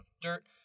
dirt